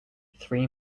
three